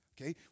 okay